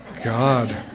god,